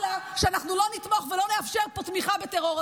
לה שאנחנו לא נתמוך ולא נאפשר פה תמיכה בטרור,